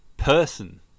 person